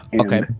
Okay